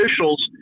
officials